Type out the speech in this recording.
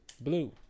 blue